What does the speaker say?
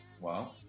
Wow